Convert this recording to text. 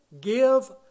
give